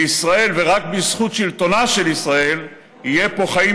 ורק בזכות שלטונה של ישראל יהיו פה חיים